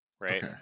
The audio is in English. right